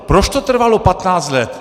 Proč to trvalo 15 let?